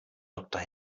doktor